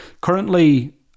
currently